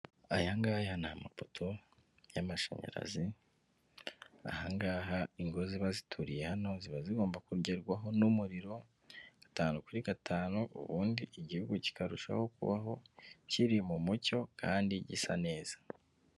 Aya ngaya ni amapoto y'amashanyarazi, aha ngaha ingo ziba zituriye hano ziba zigomba kugerwaho n'umuriro gatanu kuri gatanu, ubundi igihugu kikarushaho kubaho kiri mu mucyo kandi gisa neza.